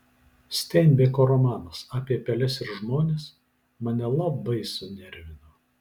steinbeko romanas apie peles ir žmones mane labai sunervino